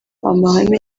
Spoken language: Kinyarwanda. amahame